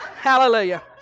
Hallelujah